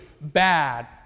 bad